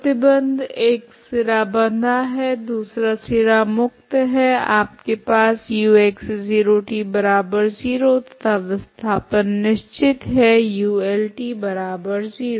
प्रतिबंध एक सिरा बंधा है दूसरा सिरा मुक्त है आपके पास ux0t0 तथा विस्थापन निश्चित है uLt0